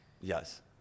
Yes